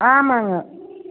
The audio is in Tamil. ஆமாம்ங்க